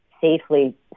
safely